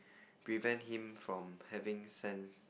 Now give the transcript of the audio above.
prevent him from having sands